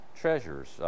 treasures